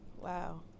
Wow